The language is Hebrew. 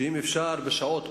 שאם אפשר בשעות העומס,